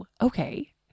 okay